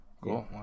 cool